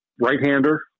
Right-hander